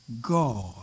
God